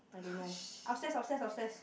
I don't know upstairs upstairs upstairs